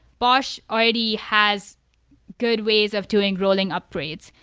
bosh already has good ways of doing rolling upgrades.